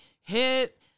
hit